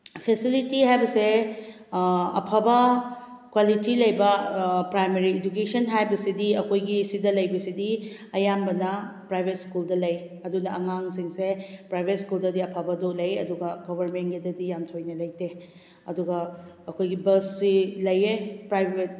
facility ꯍꯥꯏꯕꯁꯦ ꯑꯐꯕ quality ꯂꯩꯕ ꯄ꯭ꯔꯥꯏꯃꯥꯔꯤ ꯏꯗꯨꯀꯦꯁꯟ ꯍꯥꯏꯕꯁꯤꯗꯤ ꯑꯩꯈꯣꯏꯒꯤ ꯁꯤꯗ ꯂꯩꯕꯁꯤꯗꯤ ꯑꯌꯥꯝꯕꯅ ꯄ꯭ꯔꯥꯏꯕꯦꯠ ꯁ꯭ꯀꯨꯜꯗ ꯂꯩ ꯑꯗꯨꯅ ꯑꯉꯥꯡꯁꯤꯡꯁꯦ ꯄ꯭ꯔꯥꯏꯕꯦꯠ ꯁ꯭ꯀꯨꯜꯗꯗꯤ ꯑꯐꯕꯗꯨ ꯂꯩ ꯑꯗꯨꯒ ꯒꯣꯕꯔꯃꯦꯟꯒꯤꯗꯗꯤ ꯌꯥꯝ ꯊꯣꯏꯅ ꯂꯩꯇꯦ ꯑꯗꯨꯒ ꯑꯩꯈꯣꯏꯒꯤ ꯕꯁꯁꯤ ꯂꯩꯌꯦ ꯄ꯭ꯔꯥꯏꯕꯦꯠ